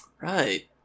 Right